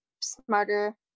smarter